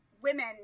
women